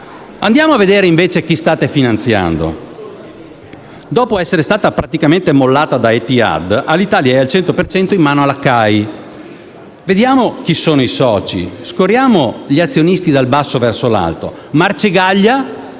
Andiamo a vedere invece chi state finanziando. Dopo essere stata praticamente mollata da Etihad, Alitalia è al cento per cento in mano alla CAI. Vediamo chi sono i soci e scorriamo gli azionisti dal basso verso l'alto: Marcegaglia,